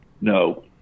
no